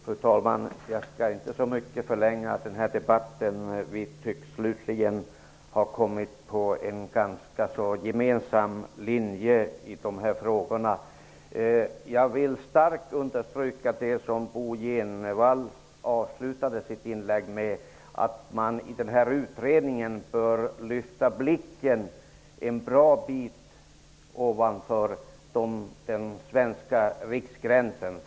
Fru talman! Jag skall inte förlänga denna debatt så mycket. Vi tycks slutligen ha kommit fram till en gemensam linje i dessa frågor. Jag vill starkt understryka det som Bo G Jenevall avslutade sitt inlägg med, att de i utredningen bör lyfta blicken en bra bit bortom den svenska gränsen.